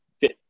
fit